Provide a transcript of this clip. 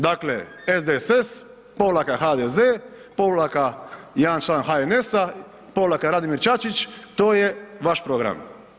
Dakle, SDSS povlaka HDZ povlaka jedan član HNS-a povlaka Radimir Čačić, to je vaš program.